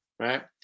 Right